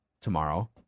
tomorrow